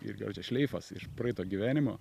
ilgiausias šleifas iš praeito gyvenimo